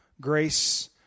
grace